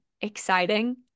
exciting